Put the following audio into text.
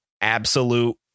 absolute